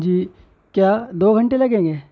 جی کیا دو گھنٹے لگیں گے